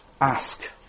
Ask